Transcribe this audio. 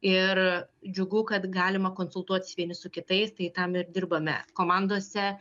ir džiugu kad galima konsultuotis vieni su kitais tai tam ir dirbame komandose